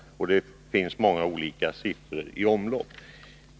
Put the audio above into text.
Det finns många olika siffror i omlopp.